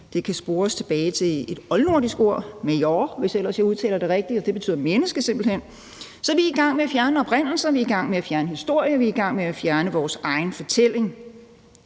Det kan spores tilbage til et oldnordisk ord – maðr, hvis jeg ellers udtaler det rigtigt – og det betyder simpelt hen menneske. Så vi er i gang med at fjerne oprindelser, vi er i gang med at